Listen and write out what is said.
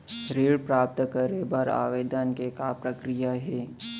ऋण प्राप्त करे बर आवेदन के का प्रक्रिया हे?